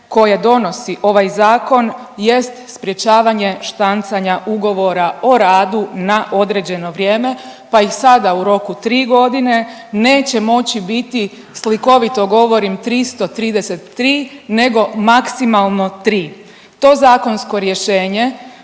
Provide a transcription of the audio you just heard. koje donosi ovaj zakon jest sprječavanje štancanja ugovora o radu na određeno vrijeme, pa i sada u roku 3.g. neće moći biti, slikovito govorim, 333 nego maksimalno 3. To zakonsko rješenje